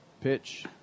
Pitch